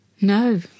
No